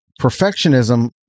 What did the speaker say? perfectionism